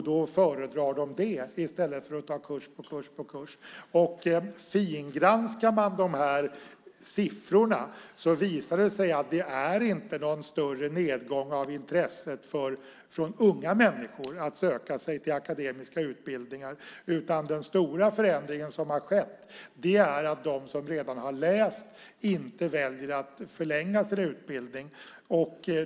Då föredrar de det i stället för att ta kurs på kurs på kurs. När man fingranskar siffrorna visar det sig att det inte är någon större nedgång av intresset från unga människor att söka sig till akademiska utbildningar, utan den stora förändring som skett är att de som redan har läst inte väljer att förlänga sin utbildning.